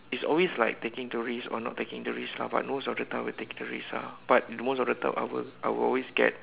it's always like taking the risk or not taking the risk lah but most of the time I will take the risk ah but most of the time I will I will always get